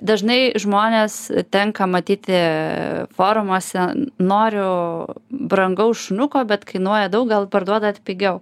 dažnai žmonės tenka matyti forumuose noriu brangaus šuniuko bet kainuoja daug gal parduodat pigiau